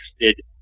interested